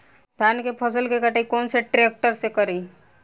धान के फसल के कटाई कौन सा ट्रैक्टर से करी?